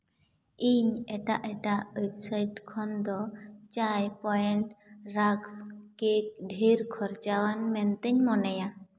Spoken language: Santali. ᱤᱧ ᱮᱴᱟᱜ ᱮᱴᱟᱜ ᱳᱭᱮᱵᱽᱼᱥᱟᱭᱤᱴ ᱠᱷᱚᱱ ᱫᱚ ᱪᱟᱭ ᱯᱚᱭᱮᱱᱴ ᱨᱟᱠᱥ ᱠᱮᱠ ᱰᱷᱮᱨ ᱠᱷᱚᱨᱪᱟᱣᱟᱱ ᱢᱮᱱᱛᱤᱧ ᱢᱚᱱᱮᱭᱟ